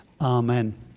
Amen